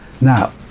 Now